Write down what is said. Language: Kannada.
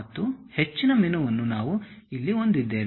ಮತ್ತು ಹೆಚ್ಚಿನ ಮೆನುವನ್ನು ನಾವು ಇಲ್ಲಿ ಹೊಂದಿದ್ದೇವೆ